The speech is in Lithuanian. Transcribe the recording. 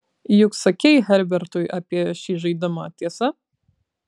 juk sakei herbertui apie šį žaidimą tiesa